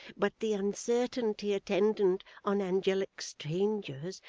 but the uncertainty attendant on angelic strangers,